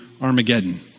Armageddon